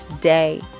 day